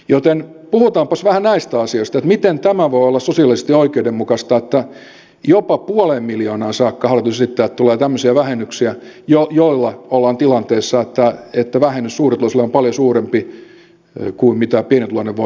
joten puhutaanpas vähän näistä asioista että miten tämä voi olla sosiaalisesti oikeudenmukaista että jopa puoleen miljoonaan saakka hallitus esittää että tulee tämmöisiä vähennyksiä joilla ollaan tilanteessa että vähennys suurituloisille on paljon suurempi kuin mitä pienituloinen voi saada